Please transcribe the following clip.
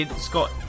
Scott